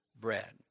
bread